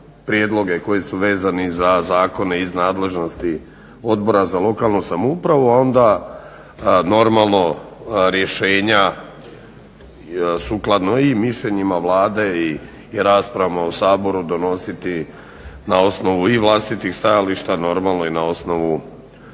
prijedloge koji su vezani za zakone iz nadležnosti Odbora za lokalnu samoupravu, a onda normalno rješenja sukladno i mišljenjima Vlade i raspravama u Saboru donositi na osnovu i vlastitih stajališta normalno i na osnovu